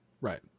Right